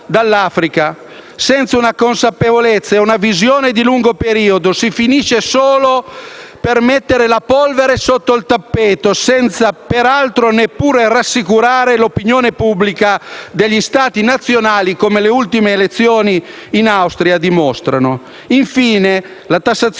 senza una consapevolezza e una visione di lungo periodo si finisce solo per mettere la polvere sotto il tappeto, senza peraltro neppure rassicurare l'opinione pubblica degli Stati nazionali, come dimostrano le ultime elezioni in Austria. Infine, la tassazione